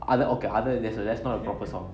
other okay other that's not a proper song